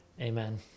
Amen